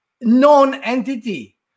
non-entity